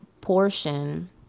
portion